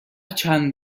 چند